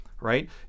right